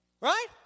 right